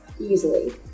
easily